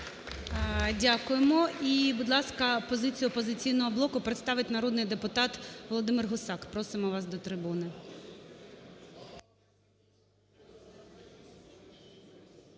Дякуємо. І, будь ласка, позицію "Опозиційного блоку" представить народний депутат Володимир Гусак. Просимо вас до трибуни.